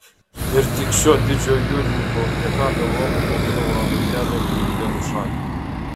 ir tik šio didžiojo jūrininko dėka europa pagaliau rado kelią į indėnų šalį